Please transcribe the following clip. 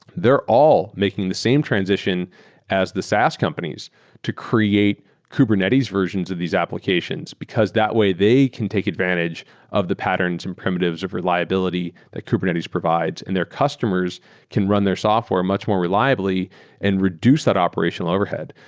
they're all making the same transition as the saas companies to create kubernetes versions of these applications, because that way they can take advantage of the patterns and primitives of reliability that kubernetes provides and their customers can run their software much more reliably and reduce that operational overhead.